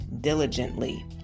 diligently